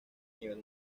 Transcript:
nivel